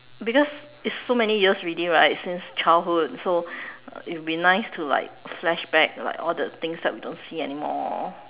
because it's so many years already right since childhood so it will be nice to like flashback like all the things that we don't see anymore